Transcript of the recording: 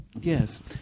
Yes